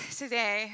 today